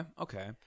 okay